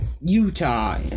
Utah